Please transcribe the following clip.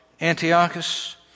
Antiochus